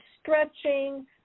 stretching